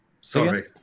Sorry